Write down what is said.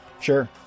Sure